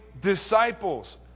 disciples